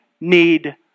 need